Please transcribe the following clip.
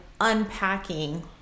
unpacking